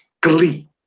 Glee